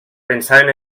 pensaven